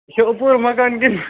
یِہِ چھا اوٚک پوٗر مکان کِنہٕ